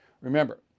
Remember